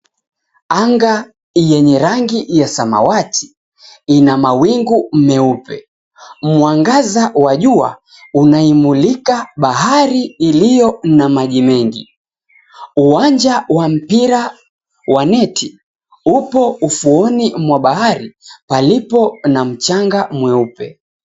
Anga yenye rangi ya samawati, ina mawingu meupe. Mwangaza wa jua, unaimulika bahari iliyo na maji mengi. Uwanja wa mpira wa neti, upo ufuoni mwa bahari, palipo na mchanga mweupe.